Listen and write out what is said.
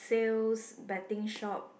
sales betting shop